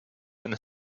and